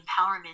empowerment